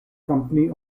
company